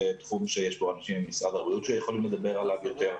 זה תחום שיש אנשים ממשרד הבריאות שיכולים לדבר עליו יותר.